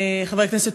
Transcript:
חברי חברי הכנסת,